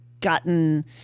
gotten